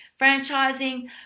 franchising